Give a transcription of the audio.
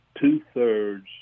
two-thirds